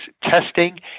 testing